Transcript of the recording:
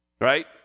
Right